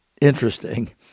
interesting